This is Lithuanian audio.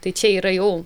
tai čia yra jau